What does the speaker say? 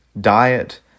diet